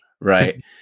right